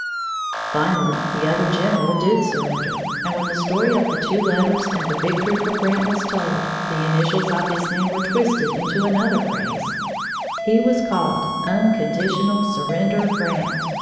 finally the other general did surrender, and when the story of the two letters and the victory for grant was told, the initials of his name were twisted into another phrase he was called unconditional surrender grant.